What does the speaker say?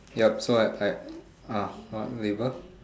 yup so I I ah what neighbour